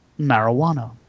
marijuana